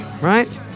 right